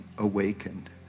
awakened